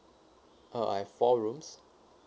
uh I've four rooms